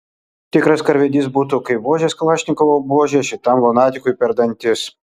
tikras karvedys būtų kaip vožęs kalašnikovo buože šitam lunatikui per dantis